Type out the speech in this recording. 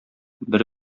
бер